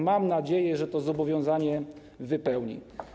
Mam nadzieję, że to zobowiązanie wypełni.